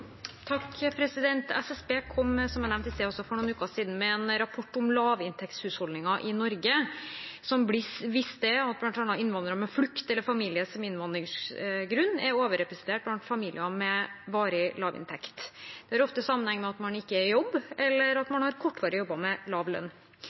noen uker siden med en rapport om lavinntektshusholdninger i Norge. Den viste at bl.a. at innvandrere med bakgrunn fra flukt eller familiegjenforening er overrepresentert blant familier med varig lavinntekt. Det har ofte sammenheng med at man ikke er i jobb, eller at